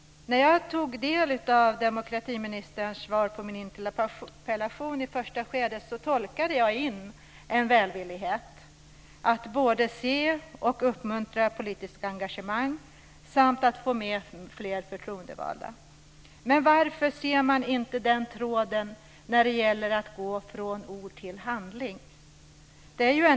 När jag i första skedet tog del av demokratiministerns svar på min interpellation tolkade jag in en välvillighet när det gällde att både se och uppmuntra politiskt engagemang samt att få med fler förtroendevalda. Men varför ser man inte den tråden när det gäller att gå från ord till handling?